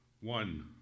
One